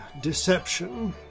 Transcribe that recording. deception